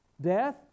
Death